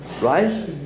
right